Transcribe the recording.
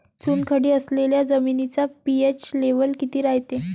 चुनखडी असलेल्या जमिनीचा पी.एच लेव्हल किती रायते?